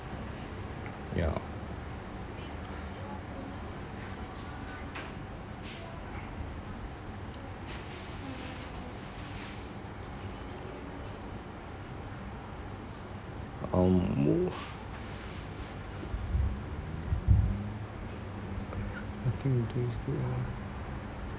yeah a mov~ nothing you do is good enough